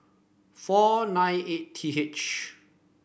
four nine eight T H